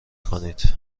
کنید